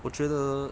我觉得